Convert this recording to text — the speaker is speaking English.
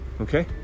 okay